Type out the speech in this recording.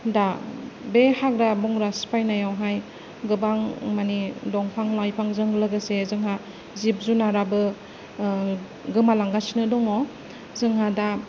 दा बे हाग्रा बंग्रा सिफायनायावहाय गोबां माने दंफां लाइफांजों लोगोसे जोंहा जिब जुनाराबो गोमालांगासिनो दङ जोंहा दा